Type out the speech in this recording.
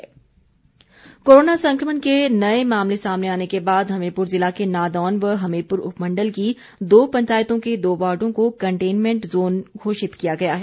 Hamirpur corona corona संक्रमण के नए मामले सामने आने के बाद हमीरपुर ज़िला के नादौन व हमीरपुर उपमंडल की दो पंचायतों के दो वॉर्डों को कंटेनमेंट जोन घोषित किया गया है